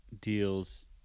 deals